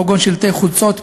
כגון שלטי חוצות,